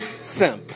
Simp